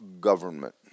government